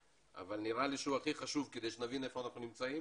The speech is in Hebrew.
שאנחנו מכירים את התשובות שלהם שנים,